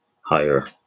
higher